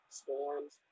storms